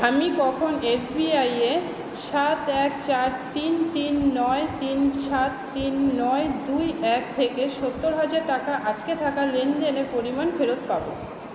আমি কখন S B আইয়ে সাত এক চার তিন তিন নয় তিন সাত তিন নয় দুই এক থেকে সত্তর হাজার টাকা আটকে থাকা লেনদেনের পরিমাণ ফেরত পাব